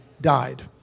died